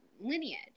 lineage